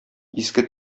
иске